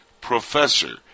professor